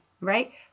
right